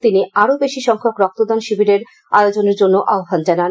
তিনি আরও বেশি সংখ্যক রক্তদান শিবিরের আয়োজনের জন্যও আহ্ণান জানান